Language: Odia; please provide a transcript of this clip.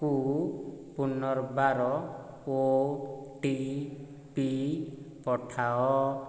କୁ ପୁନର୍ବାର ଓ ଟି ପି ପଠାଅ